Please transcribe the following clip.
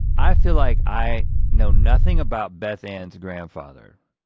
i feel like i know nothing about beth ann's grandfather,